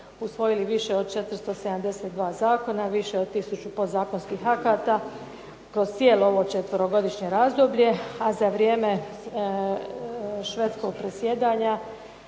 usvojili više od 472 zakona, više od tisuću podzakonskih akata kroz cijelo ovo četverogodišnje razdoblje, a za vrijeme Švedskog predsjedanja